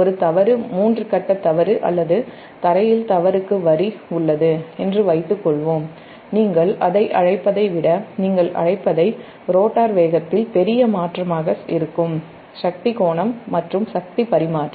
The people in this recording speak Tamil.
ஒரு தவறு மூன்று கட்ட தவறு அல்லது க்ரவுன்ட்ல் தவறுக்கு வரி உள்ளது என்று வைத்துக் கொள்வோம் நீங்கள் அதை அழைப்பதை விட ரோட்டார் வேகத்தில் பெரிய மாற்றமாக இருக்கும்சக்தி கோணம் மற்றும் சக்தி பரிமாற்றம்